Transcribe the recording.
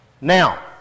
Now